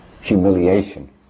humiliation